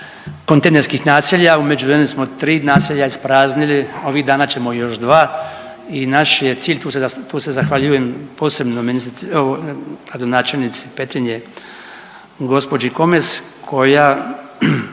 kontejnerskih naselja, u međuvremenu smo 3 naselja ispraznili, ovih dana ćemo još 2 i naš je cilj, tu se zahvaljujem posebno ministrici, gradonačelnici Petrinje gospođi Komes koja,